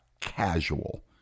casual